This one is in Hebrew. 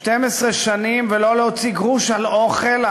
צריך לעבוד 12 שנים ולא להוציא גרוש על אוכל,